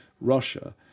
Russia